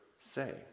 say